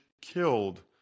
killed